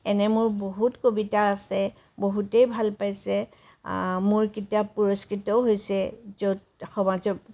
এনে মোৰ বহুত কবিতা আছে বহুতেই ভাল পাইছে মোৰ কিতাপ পুৰস্কৃতও হৈছে য'ত সমাজৰ